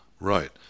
Right